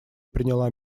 приняла